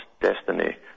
destiny